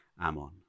Amon